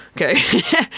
Okay